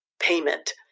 payment